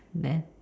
then